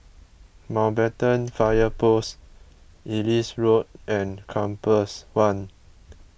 Mountbatten Fire Post Ellis Road and Compass one